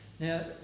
Now